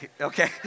okay